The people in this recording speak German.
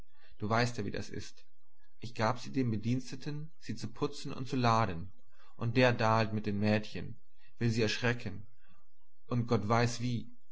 könnten du weißt ja wie das ist ich gab sie dem bedienten sie zu putzen und zu laden und der dahlt mit den mädchen will sie schrecken und gott weiß wie